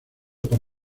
por